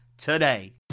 today